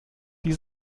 die